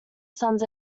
sons